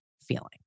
feeling